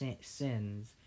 sins